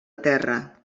terra